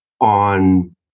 on